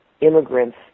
immigrants